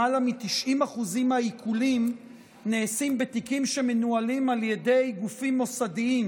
למעלה מ-90% מהעיקולים נעשים בתיקים שמנוהלים על ידי גופים מוסדיים,